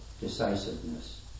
decisiveness